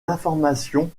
l’information